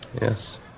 Yes